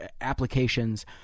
applications